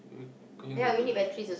we we can go over to show